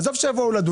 עזוב שהם יבואו לדון.